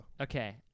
Okay